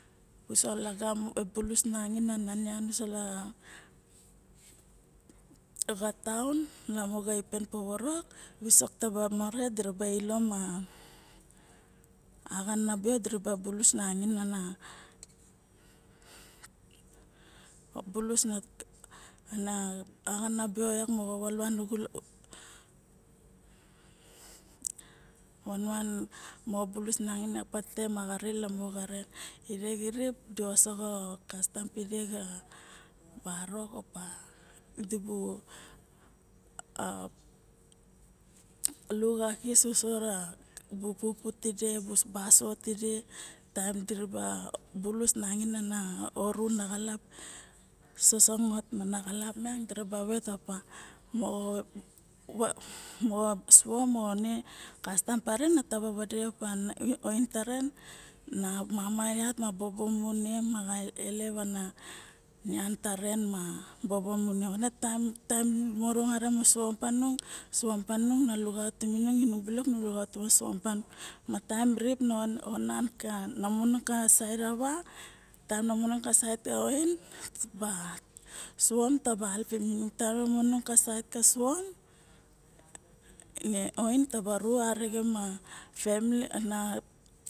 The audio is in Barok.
Uso lagamo visik nangain ana nian sola gamo xa xataun miang la mo xa iben povorok visok tomare diraba bulus wangain kana obulus ana bio diraba bulus wanagin kana obulus ana axana bio yak moxo van van moxo bulus nangain na patete ma xary lamo xaren tide xirip bara saxo kastam pide xa barok opa dibu a luxaxis uso xa pupu tide xirip ma bu busuon tide taem diraba bulus nangain ana oru nangain ide sosongot mana xalap miang diraba vet opa mo suome ma kastam taren taba vade pa oin taren na mama mu ne ma na bobo mu ne ma ilep ana nian taren ma bobo mu ne, nexana taem nu manong arixen mara suom tanung na luxautum inung nung balok nu luxautim ine ma taem rip nu onan ka saet ka oin taba suom halpim inung taem ma manong ka saet ka suom ne oin taba ru arixen ma family ana